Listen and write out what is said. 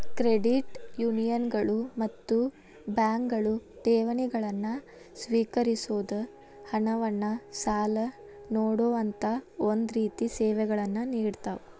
credit ಯೂನಿಯನ್ಗಳು ಮತ್ತ ಬ್ಯಾಂಕ್ಗಳು ಠೇವಣಿಗಳನ್ನ ಸ್ವೇಕರಿಸೊದ್, ಹಣವನ್ನ್ ಸಾಲ ನೇಡೊಅಂತಾ ಒಂದ ರೇತಿ ಸೇವೆಗಳನ್ನ ನೇಡತಾವ